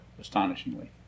astonishingly